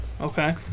Okay